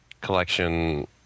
collection